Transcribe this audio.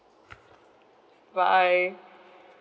bye